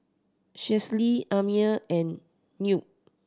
Schley Amir and Newt